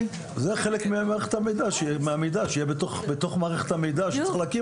זה חלק מהמידע שיהיה בתוך מערכת המידע שצריך להקים אותה.